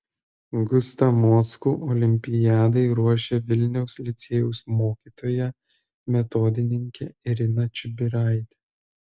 gustą mockų olimpiadai ruošė vilniaus licėjaus mokytoja metodininkė irina čibiraitė